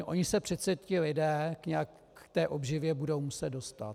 Oni se přece ti lidé nějak k té obživě budou muset dostat.